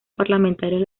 parlamentarios